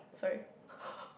sorry